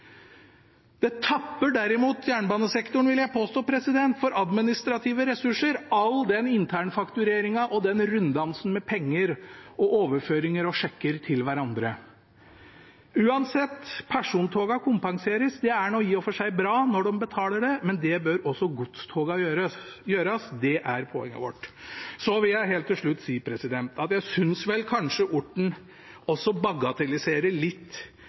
påstå, tapper det jernbanesektoren for administrative ressurser med all den internfaktureringen og den runddansen med penger, overføringer og sjekker til hverandre. Uansett: Persontogene kompenseres. Det er i og for seg bra når de betaler det, men det bør også gjøres for godstogene. Det er poenget vårt. Så vil jeg helt til slutt si at jeg synes kanskje representanten Orten også bagatelliserer litt